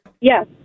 Yes